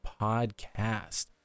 podcast